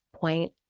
point